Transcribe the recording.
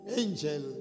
angel